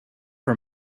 her